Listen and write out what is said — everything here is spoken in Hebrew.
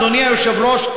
אדוני היושב-ראש,